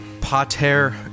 Pater